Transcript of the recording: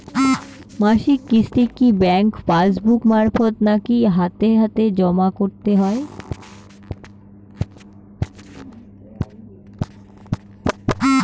মাসিক কিস্তি কি ব্যাংক পাসবুক মারফত নাকি হাতে হাতেজম করতে হয়?